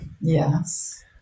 Yes